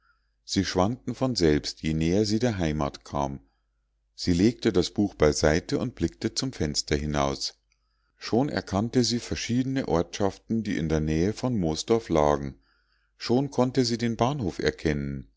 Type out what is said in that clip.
sie schwanden von selbst je näher sie der heimat kam sie legte das buch beiseite und blickte zum fenster hinaus schon erkannte sie verschiedene ortschaften die in der nähe von moosdorf lagen schon konnte sie den bahnhof erkennen